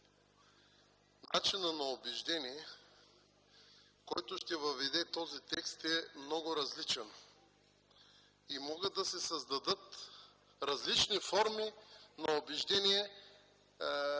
начинът на убеждение, който ще въведе този текст, е много различен и могат да се създадат различни форми на убеждение